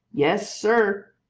yes, sir.